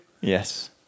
Yes